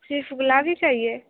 सिर्फ गुलाब ही चाहिए